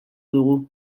dugu